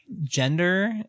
gender